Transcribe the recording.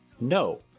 No